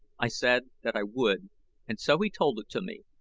i said that i would and so he told it to me,